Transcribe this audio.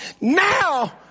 Now